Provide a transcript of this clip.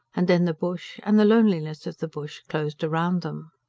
and then the bush, and the loneliness of the bush, closed round them.